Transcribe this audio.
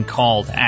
Called